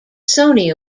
sony